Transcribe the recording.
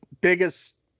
biggest